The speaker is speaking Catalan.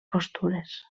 postures